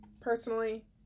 personally